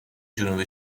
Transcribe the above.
جنوب